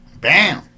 bam